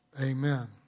amen